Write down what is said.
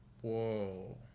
whoa